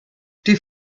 die